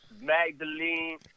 Magdalene